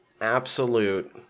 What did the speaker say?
absolute